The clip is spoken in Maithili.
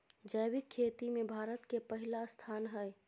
जैविक खेती में भारत के पहिला स्थान हय